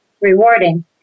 rewarding